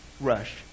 rush